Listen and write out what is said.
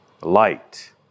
light